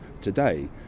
today